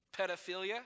Pedophilia